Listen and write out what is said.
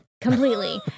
Completely